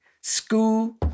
school